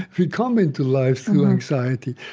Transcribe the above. we come into life through anxiety.